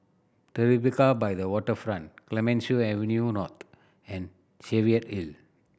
Tribeca by the Waterfront Clemenceau Avenue North and Cheviot Hill